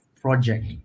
project